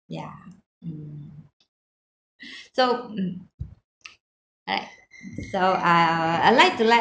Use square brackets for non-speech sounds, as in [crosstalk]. yeah mm [breath] so mm alright so uh I like to like